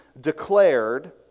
declared